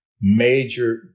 major